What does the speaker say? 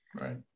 Right